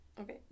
Okay